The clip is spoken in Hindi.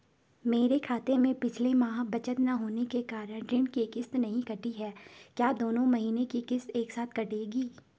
मेरे खाते में पिछले माह बचत न होने के कारण ऋण की किश्त नहीं कटी है क्या दोनों महीने की किश्त एक साथ कटेगी?